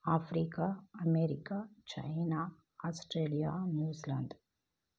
Africa America China Australia New Zealand